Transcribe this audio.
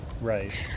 Right